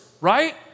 right